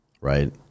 right